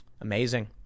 Amazing